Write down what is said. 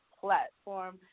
platform